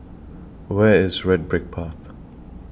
Where IS Red Brick Path